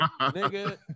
Nigga